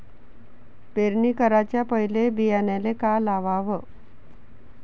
पेरणी कराच्या पयले बियान्याले का लावाव?